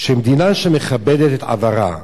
שמדינה שמכבדת את עברה,